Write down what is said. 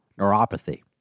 neuropathy